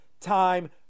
time